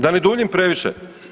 Da ne duljim previše.